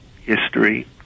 history